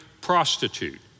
prostitute